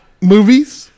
Movies